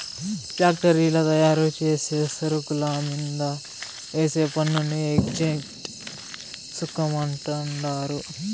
ఫ్యాక్టరీల్ల తయారుచేసే సరుకుల మీంద వేసే పన్నుని ఎక్చేంజ్ సుంకం అంటండారు